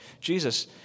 Jesus